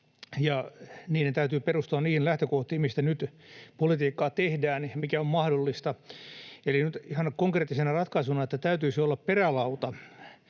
niiden täytyy perustua niihin lähtökohtiin, mistä nyt politiikkaa tehdään ja mikä on mahdollista, eli nyt ihan konkreettisena ratkaisuna se, että täytyisi olla perälauta